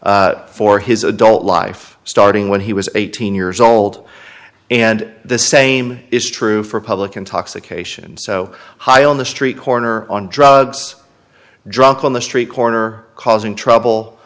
for his adult life starting when he was eighteen years old and the same is true for public intoxication so high on the street corner on drugs drunk on the street corner causing trouble